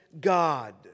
God